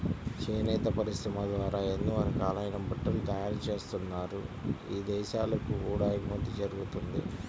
చేనేత పరిశ్రమ ద్వారా ఎన్నో రకాలైన బట్టలు తయారుజేత్తన్నారు, ఇదేశాలకు కూడా ఎగుమతి జరగతంది